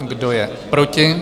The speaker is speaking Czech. Kdo je proti?